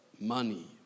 money